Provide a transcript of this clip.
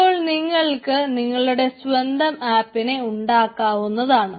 അപ്പോൾ നിങ്ങൾക്ക് നിങ്ങളുടെ സ്വന്തം ആപ്പിനെ ഉണ്ടാക്കാവുന്നതാണ്